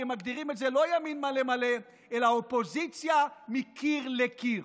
כי הם מגדירים את זה לא ימין מלא מלא אלא אופוזיציה מקיר לקיר.